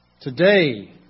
Today